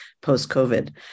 post-COVID